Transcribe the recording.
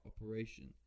operation